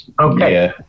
Okay